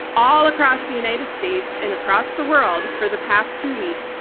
all across the united states and across the world for the past two weeks,